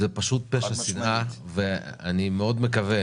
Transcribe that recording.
זה פשוט פשע שנאה, ואני מאוד מקווה